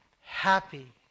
happy